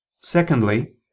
Secondly